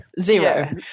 Zero